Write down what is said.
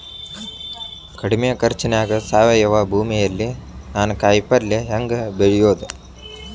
ಕಡಮಿ ಖರ್ಚನ್ಯಾಗ್ ಸಾವಯವ ಭೂಮಿಯಲ್ಲಿ ನಾನ್ ಕಾಯಿಪಲ್ಲೆ ಹೆಂಗ್ ಬೆಳಿಯೋದ್?